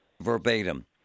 verbatim